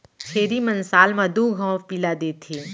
छेरी मन साल म दू घौं पिला देथे